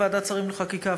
לוועדת שרים לחקיקה,